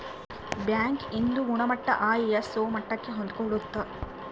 bank ಇಂದು ಗುಣಮಟ್ಟ ISO ಮಟ್ಟಕ್ಕೆ ಹೊಂದ್ಕೊಳ್ಳುತ್ತ